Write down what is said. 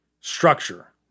structure